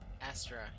Astra